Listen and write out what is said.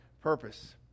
purpose